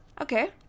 Okay